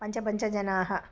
पञ्च पञ्चजनाः